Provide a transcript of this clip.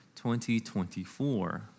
2024